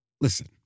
Listen